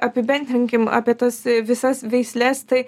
apibendrinkim apie tas visas veisles tai